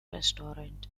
restaurant